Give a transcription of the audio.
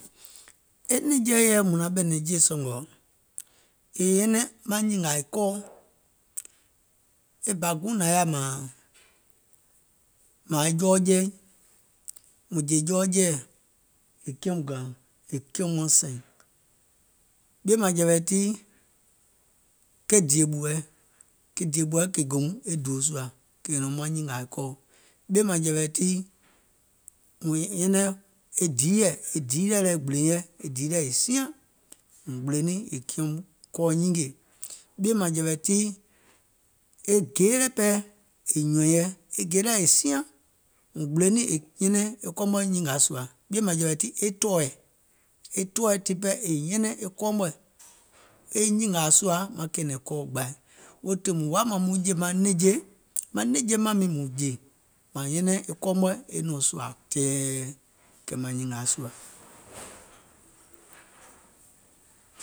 E nɛ̀ŋjeɛ̀ yèɛùm naŋ ɓɛ̀nɛŋ jèe sɔ̀ngɔ̀ è nyɛnɛŋ maŋ nyìngȧɛ kɔɔ, e bà guùŋ nȧŋ yaà mȧȧŋ mȧȧŋ e jɔɔjɛi, mùŋ jè jɔɔjɛiɛ̀, è kiɛ̀ùm gààŋ, è kiɛ̀ùm maŋ sɛ̀ìŋ, ɓìèmȧŋjɛ̀wɛ̀ tii, ke dìè ɓùɛ, ke dìè ɓùɛ̀ kè gèùm e dùòɛ sùȧ, kè nyɛ̀nɛ̀ùm maŋ nyìngȧ kɔɔ, mùŋ nyɛnɛŋ e diiɛ̀, e diiɛ̀ lɛ è gbìlèìŋ yɛi, è siaŋ, mùŋ gbìlè niìŋ è kiɛ̀ùm kɔɔ nyingè, e ɓìèmaŋjɛ̀wɛ̀ tii, e gèeɛ̀ pɛɛ è nyùɔ̀ìŋ yɛi, e gèeɛ̀ lɛ̀ è siaŋ, mùŋ gbìlè niìŋ è nyɛnɛŋ e kɔɔ mɔ̀ɛ̀ e nyìngȧȧ sùà, ɓìèmȧŋjɛ̀wɛ̀ tii, e tɔ̀ɔɛ̀, e tɔ̀ɔɛ̀ tiŋ pɛɛ è nyɛnɛŋ e kɔɔ mɔ̀ɛ̀ e nyìngȧȧ sùȧ maŋ kɛ̀ɛ̀nɛ̀ŋ kɔɔ gbȧi, weètii mùŋ woȧ mȧȧŋ muŋ jè maŋ nɛ̀ŋje, maŋ nɛ̀ŋje mȧŋ miiŋ mùŋ jè, màŋ nyɛnɛŋ e kɔɔ mɔ̀ɛ̀ è nɔ̀ŋ sùȧ tɛ̀ɛɛ, kɛ̀ mȧŋ nyìngȧȧ sùȧ.